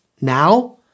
now